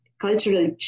cultural